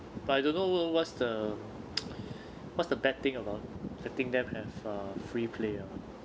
but I don't know what what's the what's the bad thing about letting them have uh free play oh